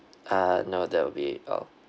uh no that will be all